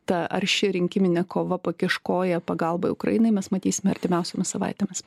ta arši rinkiminė kova pakiš koją pagalbai ukrainai mes matysime artimiausiomis savaitėmis